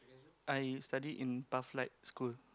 I studied in Pathlight School